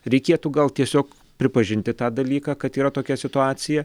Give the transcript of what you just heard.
reikėtų gal tiesiog pripažinti tą dalyką kad yra tokia situacija